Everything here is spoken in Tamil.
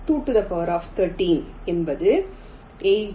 13 213 என்பது 8196 92